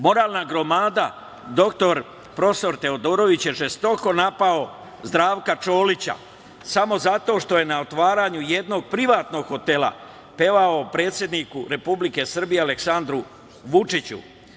Moralna gromada, dr profesor Teodorović, je žestoko napao Zdravka Čolića samo zato što je na otvaranju jednog privatnog hotela pevao predsedniku Republike Srbije, Aleksandru Vučiću.